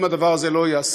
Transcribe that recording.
אם הדבר הזה לא ייעשה,